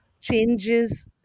changes